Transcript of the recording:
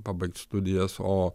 pabaigt studijas o